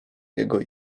jego